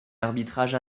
arbitrage